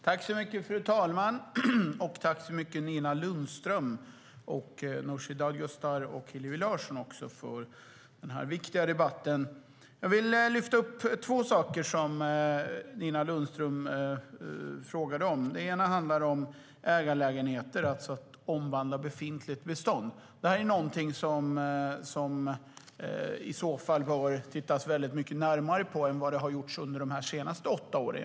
Fru talman! Tack Nina Lundström, Nooshi Dadgostar och Hillevi Larsson för denna viktiga debatt! Jag vill lyfta upp två saker som Nina Lundström frågade om. Den ena handlar om att omvandla befintligt bestånd till ägarlägenheter. Det är en fråga som man bör titta närmare på än vad som har skett under de senaste åtta åren.